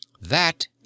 That